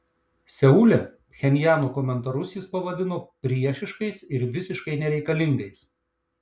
seule pchenjano komentarus jis pavadino priešiškais ir visiškai nereikalingais